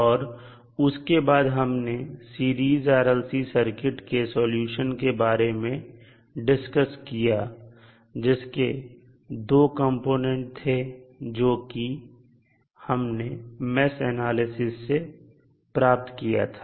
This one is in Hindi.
और उसके बाद हमने सीरीज RLC सर्किट के सॉल्यूशन के बारे में डिस्कस किया जिसके दो कंपोनेंट थे जोकि हमने मेष एनालिसिस से प्राप्त किया था